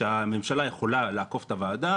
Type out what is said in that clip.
שהממשלה יכולה לעקוף את הוועדה?